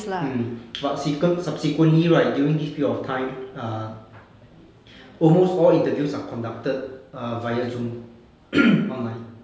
mm but sequent~ subsequently right during this period of time err almost all interviews are conducted err via zoom online